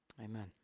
Amen